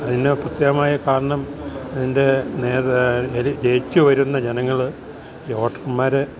അതിന് പ്രത്യേകമായ കാരണം അതിൻ്റെ ജയിച്ച് വര്ന്ന ജനങ്ങൾ ഈ ഓട്ടർന്മാർ